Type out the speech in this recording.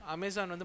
Amazon